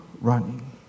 running